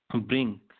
bring